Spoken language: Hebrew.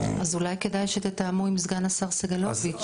אז אולי כדאי שתתאמו עם סגן השר סגלוביץ',